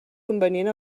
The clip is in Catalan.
convenient